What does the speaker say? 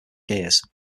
gears